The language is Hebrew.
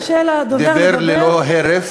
תרשה לדובר לדבר,